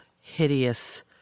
hideous